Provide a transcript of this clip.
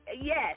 yes